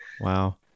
Wow